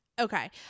Okay